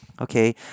Okay